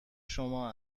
شما